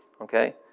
Okay